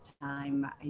time